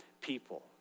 people